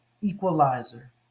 Equalizer